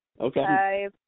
Okay